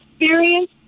experience